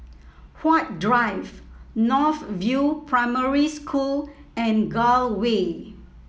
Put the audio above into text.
Huat Drive North View Primary School and Gul Way